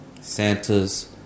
Santa's